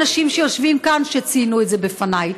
גם בין האנשים שיושבים כאן, שציינו את זה בפניי.